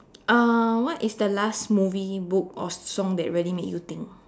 uh what is the last movie book or song that really made you think